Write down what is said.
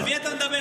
על מי אתה מדבר?